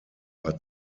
war